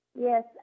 Yes